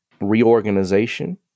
reorganization